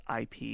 IP